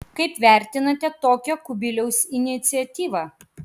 kaip vertinate tokią kubiliaus iniciatyvą